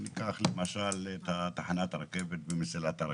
למשל, תחנת הרכבת במסילת הרכבת.